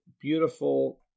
beautiful